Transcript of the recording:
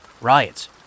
riots